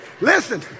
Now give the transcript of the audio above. Listen